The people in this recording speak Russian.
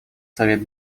совет